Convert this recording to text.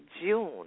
June